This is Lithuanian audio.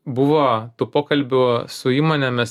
buvo tų pokalbių su įmonėmis